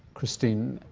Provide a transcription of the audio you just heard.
christine,